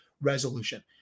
resolution